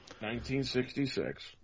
1966